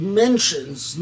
mentions